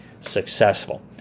successful